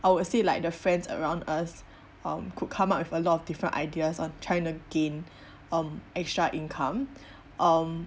I would say like the friends around us um could come up with a lot of different ideas on trying to gain um extra income um